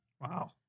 Wow